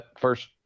First